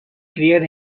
criar